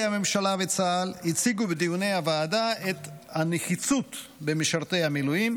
הממשלה וצה"ל הציגו בדיוני הוועדה את הנחיצות של משרתי מילואים,